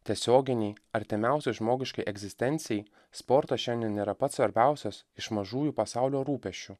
tiesioginį artimiausią žmogiškai egzistencijai sportas šiandien yra pats svarbiausias iš mažųjų pasaulio rūpesčių